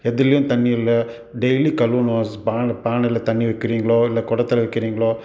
எதுலேயும் தண்ணி இல்லை டெய்லி கழுவுணும் ஸ்பான பானையில் தண்ணி வைக்கிறீங்களோ இல்லை குடத்துல வைக்கிறீங்களோ